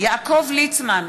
יעקב ליצמן,